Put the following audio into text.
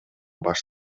баш